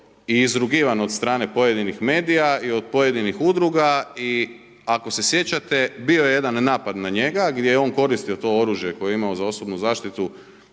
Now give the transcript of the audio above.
bio izrugivan od strane pojedinih medija i od pojedinih udruga i ako se sjećate, bio je jedan napada njega gdje je on koristio to oružje koje je imao za osobnu zaštitu